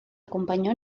acompañó